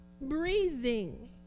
breathing